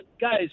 guys